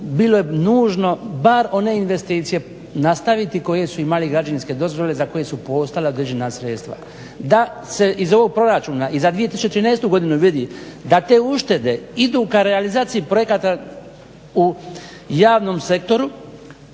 Bilo je nužno bar one investicije nastaviti koje su imale građevinske dozvole za koje su postojala određena sredstva. Da se iz ovog Proračuna i za 2013. godinu vidi da te uštede idu ka realizaciji projekata u javnom sektoru